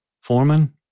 foreman